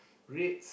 Reds